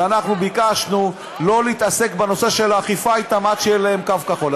אנחנו ביקשנו שלא להתעסק בנושא של אכיפה אתן עד שיהיה להן קו כחול.